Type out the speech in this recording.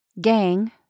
Gang